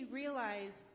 realize